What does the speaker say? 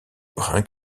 brun